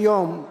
כיום,